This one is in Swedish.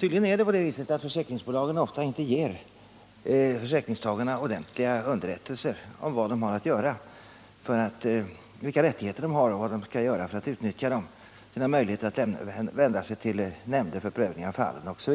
Tydligen är det ofta på det viset att försäkringsbolagen inte ger försäkringstagarna ordentliga underrättelser om vilka rättigheter de har och vad de skall göra för att utnyttja dem, om vilka möjligheter de har att vända sig till nämnder för prövning av fallen osv.